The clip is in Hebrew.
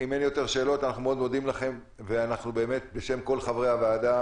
אנחנו מאוד מודים לכם ובשם כל חברי הוועדה